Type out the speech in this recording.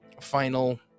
final